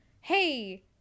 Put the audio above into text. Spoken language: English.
hey